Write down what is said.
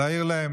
להעיר להם.